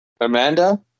Amanda